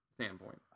standpoint